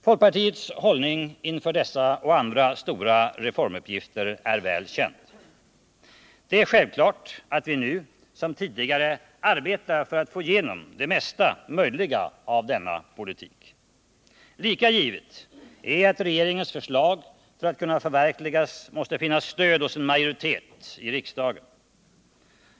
Folkpartiets hållning inför dessa och andra stora reformuppgifter är väl känd. Det är självklart att vi nu som tidigare arbetar för att få igenom det mesta möjliga av vår politik. Lika givet är att regeringens förslag för att kunna förverkligas måste finna stöd hos en majoritet i riksdagen.